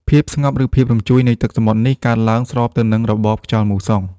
ភាពស្ងប់ ឬភាពរញ្ជួយនៃទឹកសមុទ្រនេះ កើតឡើងស្របទៅនឹង របបខ្យល់មូសុង។